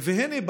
והינה,